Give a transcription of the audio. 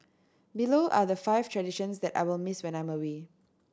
below are the five traditions that I will miss when I'm away